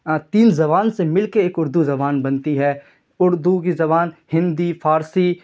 تین زبان سے مل کے ایک اردو زبان بنتی ہے اردو کی زبان ہندی فارسی